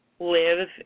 live